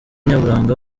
nyaburanga